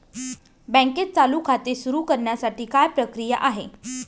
बँकेत चालू खाते सुरु करण्यासाठी काय प्रक्रिया आहे?